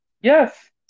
Yes